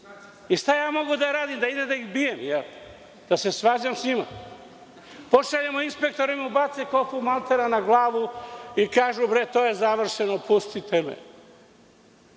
Šta ja mogu da radim, da idem da ih bijem? Da se svađam sa njima? Pošaljemo inspektora, oni mu bace kofu maltera na glavu i kažu – to je završeno, pustite